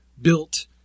built